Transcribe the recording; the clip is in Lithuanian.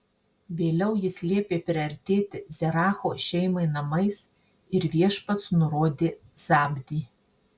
vėliau jis liepė priartėti zeracho šeimai namais ir viešpats nurodė zabdį